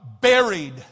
buried